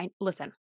listen